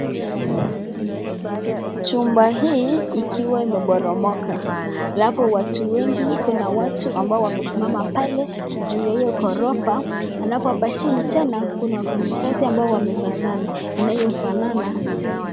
Chumba hii ikiwa imeporomoka alafu kuna watu ambao wamesimama pale juu ya hio ghorofa alafu hapa chini tena kuna wafanyikazi ambao wamevaa sare inayofanana.